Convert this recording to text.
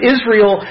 Israel